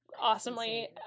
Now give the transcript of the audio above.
awesomely